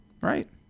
right